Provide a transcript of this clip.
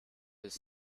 his